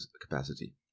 capacity